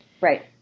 right